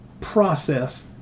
process